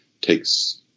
takes